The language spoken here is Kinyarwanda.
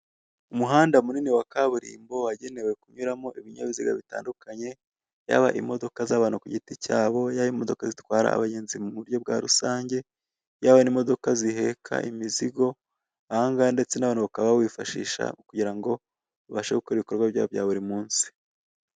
Umuhanda munini wa kaburimbo wagenewe kunyuramo ibinyabiziga bitandukanye, yaba imodoka z'abantu ku giti cyabo, yaba imodoka zitwara abagenzi mu buryo bwa rusange, yaba n'imodoka ziheka imizigo, aha ngaha ndetse n'abantu bakaba bawifashisha kugira ngo babashe gukora ibikorwa byabo bya buri munsi.